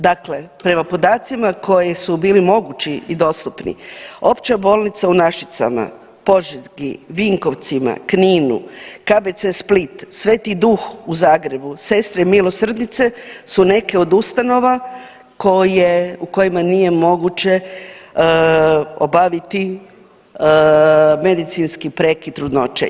Dakle, prema podacima koji su bili mogući i dostupni opća bolnica u Našicama, Požegi, Vinkovcima, Kninu, KBC Split, Sveti Duh u Zagrebu, Sestre milosrdnice su neke od ustanova u kojima nije moguće obaviti medicinski prekid trudnoće.